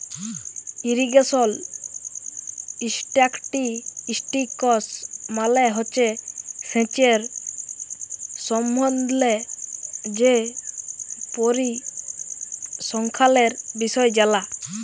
irrigation statistics মালে হছে সেঁচের সম্বল্ধে যে পরিসংখ্যালের বিষয় জালা